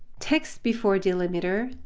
text before delimiter,